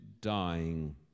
dying